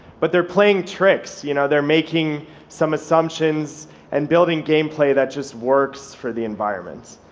but they're playing tricks. you know they're making some assumptions and building game play that just works for the environment.